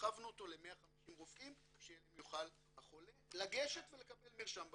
הרחבנו אותו ל-150 רופאים שאליהם יוכל החולה לגשת ולקבל מרשם במקום.